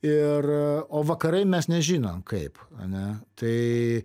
ir o vakarai mes nežinom kaip ane tai